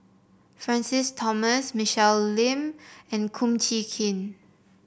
Francis Thomas Michelle Lim and Kum Chee Kin